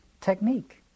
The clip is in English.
technique